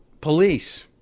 police